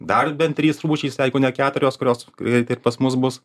dar bent trys rūšys jeigu ne keturios kurios greit ir pas mus bus